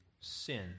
sin